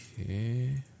Okay